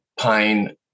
pain